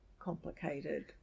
complicated